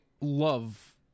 love